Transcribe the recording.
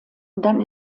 dann